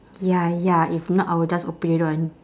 ya ya if not I will just open your door and